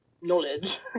knowledge